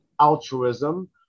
altruism